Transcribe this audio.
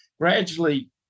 gradually